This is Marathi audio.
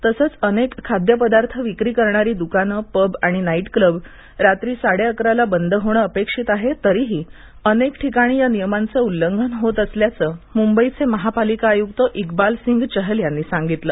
तसंच अनक्रीखाद्यपदार्थ विक्री करणारी दुकानं पब आणि नाईट क्लब रात्री साडाती ला बंद होणं अपक्षित आहाजेरीही अनक्विठिकाणी या नियमांचं उल्लंघन होत असल्याचं मुंबईचशिहापालिका आयुक्त इक्बालसिंह चहल यांनी सांगितलं